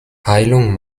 heilung